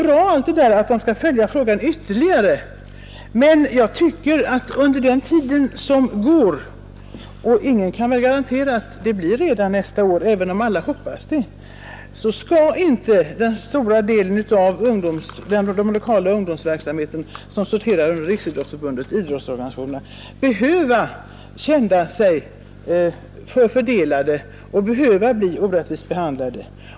lokala verksamhet Det är bra att denna fråga skall följas ytterligare med uppmärksamhet, men jag tycker att under den tid som går — ingen kan väl garantera att det blir en justering i bidragsgivningen redan nästa år, även om alla hoppas det — bör inte den stora delen av de lokala ungdomsorganisationer som sorterar under Riksidrottsförbundet, behöva bli orättvist behandlade.